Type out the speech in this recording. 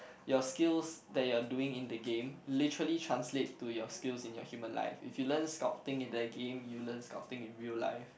your skills that you are doing in the game literally translate to your skills in your human life if you learn scouting in that game you learn scouting in real life